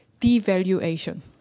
devaluation